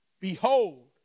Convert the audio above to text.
Behold